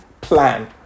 plan